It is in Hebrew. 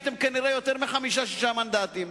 הייתם כנראה יותר מחמישה-שישה מנדטים.